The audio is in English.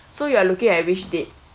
so you are looking at which date